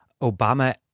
Obama